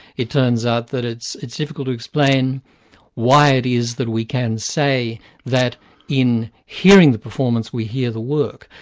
it turns out that it's it's difficult to explain why it is that we can say that in hearing a performance, we hear the work.